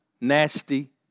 nasty